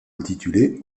intitulé